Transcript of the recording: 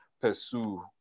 pursue